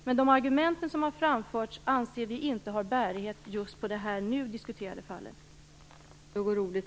Men de argument som har framförts anser vi inte har bärighet just på det nu diskuterade fallet.